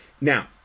now